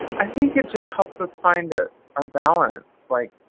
i think it just helps us find ah our balance. like